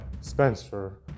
Spencer